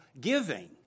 giving